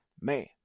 man